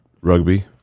rugby